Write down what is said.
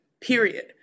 period